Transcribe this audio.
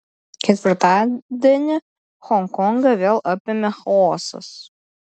ketvirtadienį honkongą vėl apėmė chaosas